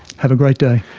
have a great day.